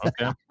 Okay